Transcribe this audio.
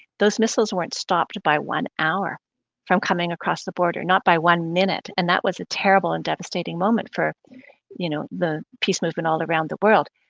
those missiles weren't stopped by one hour from coming across the border, not by one minute and that was a terrible and devastating moment for you know the peace movement all around the world,